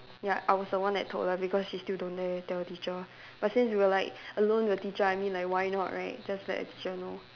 ya I was the one that told lah because she still don't dare tell teacher but since we were like alone with teacher I mean like why not right just let the teacher know